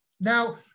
Now